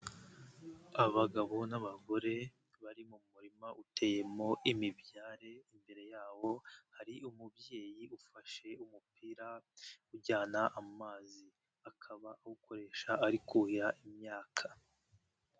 Abagabo n'abagore bari mu murima uteye mo imibyare, imbere yaho hari umubyeyi ufashe umupira ujyana amazi, akaba awukoresha ari kuhira imyaka.